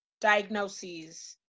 diagnoses